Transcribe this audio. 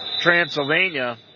Transylvania